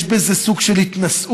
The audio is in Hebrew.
יש בזה סוג של התנשאות,